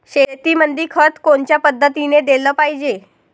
शेतीमंदी खत कोनच्या पद्धतीने देलं पाहिजे?